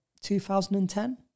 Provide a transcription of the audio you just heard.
2010